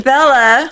Bella